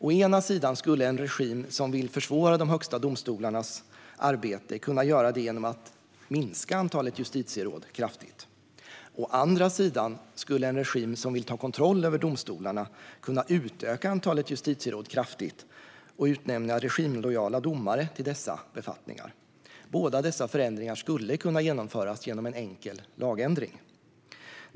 Å ena sidan skulle en regim som vill försvåra de högsta domstolarnas arbete kunna göra det genom att minska antalet justitieråd kraftigt. Å andra sidan skulle en regim som vill ta kontroll över domstolarna kunna utöka antalet justitieråd kraftigt och utnämna regimlojala domare till dessa befattningar. Båda dessa förändringar skulle kunna genomföras genom en enkel lagändring.